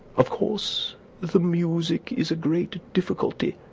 of course the music is a great difficulty.